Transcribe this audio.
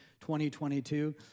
2022